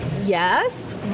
Yes